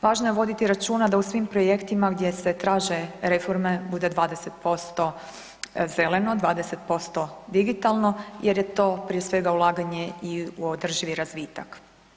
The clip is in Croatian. Važno je voditi računa da u svim projektima gdje se traže reforme bude 20% zeleno, 20% digitalno jer je to prije svega ulaganje i u održivi razvitak.